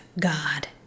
God